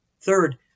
Third